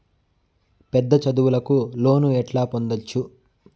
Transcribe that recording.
పెద్ద చదువులకు లోను ఎట్లా పొందొచ్చు